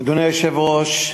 אדוני היושב-ראש,